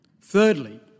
Thirdly